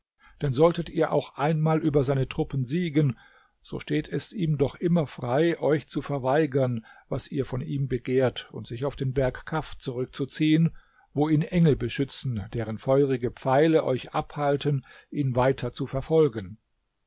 denn solltet ihr auch einmal über seine truppen siegen so steht es ihm doch immer frei euch zu verweigern was ihr von ihm begehrt und sich auf den berg kaf zurückzuziehen wo ihn engel beschützen deren feurige pfeile euch abhalten ihn weiter zu verfolgen